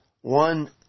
One